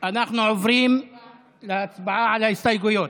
אנחנו עוברים להצבעה על ההסתייגויות.